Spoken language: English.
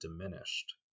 diminished